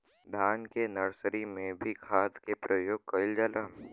धान के नर्सरी में भी खाद के प्रयोग कइल जाला?